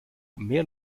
mehr